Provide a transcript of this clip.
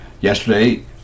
yesterday